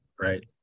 Right